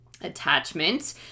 attachment